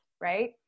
right